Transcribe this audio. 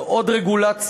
זה עוד רגולציה.